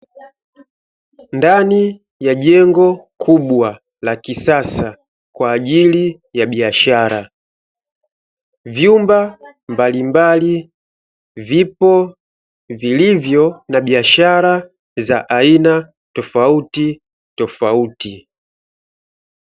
Ndani ya jengo kubwa la kisasa kwa ajili ya biashara vyumba mbalimbali vipo vilivyo na biashara za aina tofautitofauti.